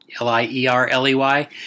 L-I-E-R-L-E-Y